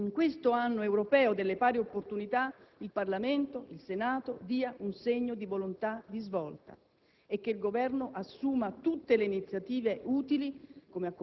in questo Anno europeo delle pari opportunità il Parlamento, il Senato, dia un segno di volontà di svolta e che il Governo assuma tutte le iniziative utili,